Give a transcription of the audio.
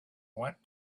went